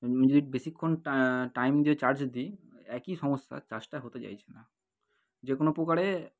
এমনি যে বেশিক্ষণ টা টাইম দিয়ে চার্জ দিই একই সমস্যা চার্জটা হতে চাইছে না যে কোনো প্রকারে